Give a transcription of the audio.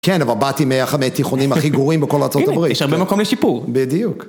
כן, אבל באתי מאחד התיכונים הכי גורים בכל ארה״ב. יש הרבה מקום לשיפור. בדיוק.